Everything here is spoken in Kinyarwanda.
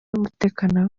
y’umutekano